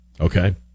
Okay